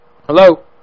Hello